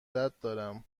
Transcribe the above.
دارم